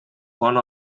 one